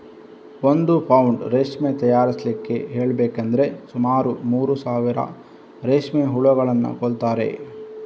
ಒಂದು ಪೌಂಡ್ ರೇಷ್ಮೆ ತಯಾರಿಸ್ಲಿಕ್ಕೆ ಹೇಳ್ಬೇಕಂದ್ರೆ ಸುಮಾರು ಮೂರು ಸಾವಿರ ರೇಷ್ಮೆ ಹುಳುಗಳನ್ನ ಕೊಲ್ತಾರೆ